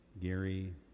Gary